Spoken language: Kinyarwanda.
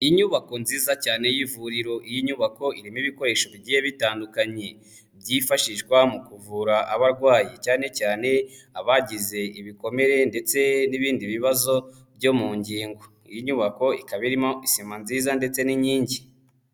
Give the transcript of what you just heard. Inyubako nziza cyane y'ivuriro, iyi nyubako irimo ibikoresho bigiye bitandukanye byifashishwa mu kuvura abarwayi cyane cyane abagize ibikomere ndetse n'ibindi bibazo byo mu ngingo, iyi nyubako ikaba irimo isima nziza ndetse n'inkingi.